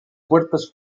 puertas